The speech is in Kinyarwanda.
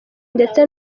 ndetse